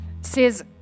says